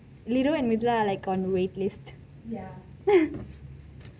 miru and mithra are like on waitlist